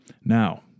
Now